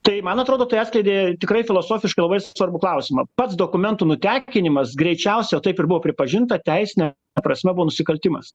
tai man atrodo tai atskleidė tikrai filosofiškai labai svarbų klausimą pats dokumentų nutekinimas greičiausia taip ir buvo pripažinta teisine prasme buvo nusikaltimas